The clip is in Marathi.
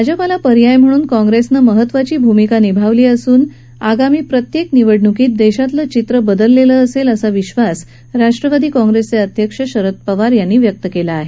भाजपला पर्याय म्हणून काँग्रेसने महत्त्वाची भूमिका निभावली असून यापुढे येणाऱ्या प्रत्येक निवडणूकीत देशातलं चित्रं बदलेलं असेल असा विश्वास राष्ट्रवादी काँग्रेसचे अध्यक्ष शरद पवार यांनी व्यक्त केला आहे